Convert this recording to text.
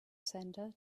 center